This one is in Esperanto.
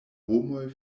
homoj